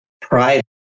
pride